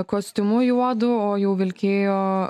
kostiumu juodu o jau vilkėjo